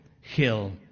Hill